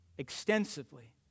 extensively